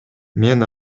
мен